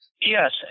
Yes